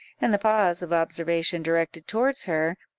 and the pause of observation directed towards her,